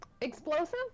explosive